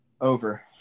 Over